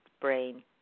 brain